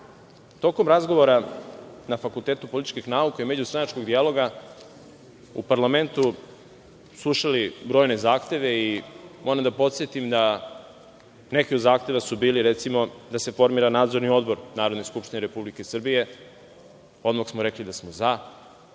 tokom razgovora na Fakultetu političkih nauka i međustranačkog dijaloga u parlamentu slušali brojne zahteve i moram da podsetim da su neki od zahteva bili, recimo, da se formira Nadzorni odbor Narodne skupštine Republike Srbije. Odmah smo rekli da smo za,